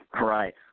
Right